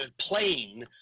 plane